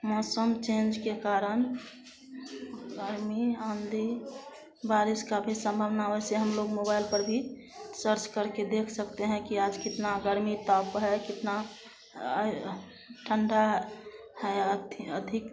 मौसम चेंज के कारण गर्मी आंधी बारिश का भी संभवना वैसे हम लोग मोबाइल पर भी सर्च करके देख सकते हैं कि आज कितना गर्मी ताप है कितना ठंडा है अधिक